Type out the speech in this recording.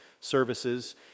services